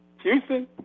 Houston